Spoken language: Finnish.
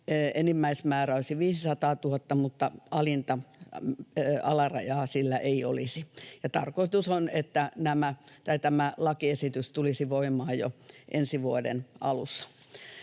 enimmäismäärä olisi 500 000, mutta alarajaa sillä ei olisi. Ja tarkoitus on, että tämä lakiesitys tulisi voimaan jo ensi vuoden alussa.